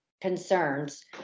concerns